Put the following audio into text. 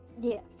Yes